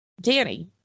Danny